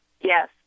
Yes